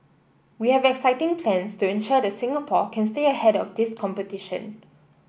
we have exciting plans to ensure that Singapore can stay ahead of this competition